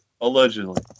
Allegedly